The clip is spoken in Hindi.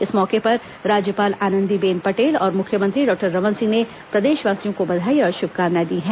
इस मौके पर राज्यपाल आनंदीबेन पटेल और मुख्यमंत्री डॉक्टर रमन सिंह ने प्रदेशवासियों को बधाई और शुभकामनाएं दी हैं